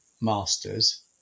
master's